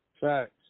facts